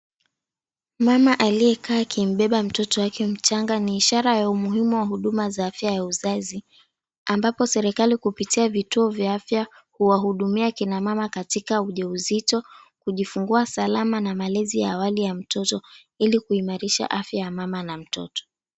Mama aliyekaa akimbeba mtoto wake mchanga ni ishara ya umuhimu wa huduma za afya ya uzazi, ambapo serikali kupitia vituo vya afya huwahudumia kina mama katika ujauzito, kujifungua salama na malezi ya awali ya mtoto ili kuimarisha afya ya mama na mtoto.